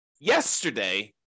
yesterday